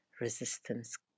resistance